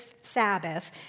Sabbath